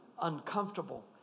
uncomfortable